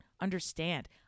understand